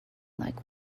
like